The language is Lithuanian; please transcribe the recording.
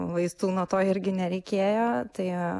vaistų nuo to irgi nereikėjo tai